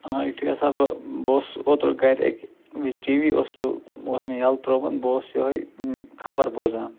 ٲں یُتھٕے ہسا بہٕ بہٕ اوسُس اوترٕ گھرِ اَکہِ وِزِ ٹی وی اوسُس بہٕ اوس مےٚ ییٚلہٕ ترٛومُت بہٕ اوسُس یِہٲے خبر بوزان